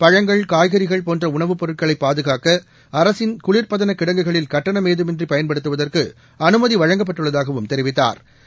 பழங்கள் காய்கறிகள் போன்ற உணவுப் பொருட்களை பாதுகாக்க அரசின் குளிபதன கிடங்குகளில் கட்டணம் ஏதுமின்றி பயன்படுத்துவதற்கு அனுமதி வழங்கப்பட்டுள்ளதாகவும் தெரிவித்தாா்